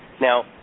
Now